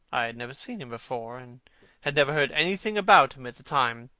i had never seen him before, and had never heard anything about him at the time,